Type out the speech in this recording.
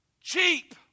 Cheap